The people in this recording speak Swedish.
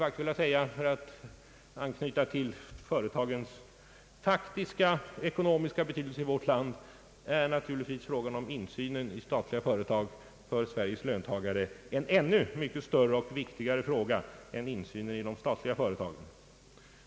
Anknyter man till företagens faktiska ekonomiska betydelse i vårt land är naturligtvis insynen i de privata företagen för Sveriges löntagare en ännu större och viktigare fråga än insynen i de statliga företagen.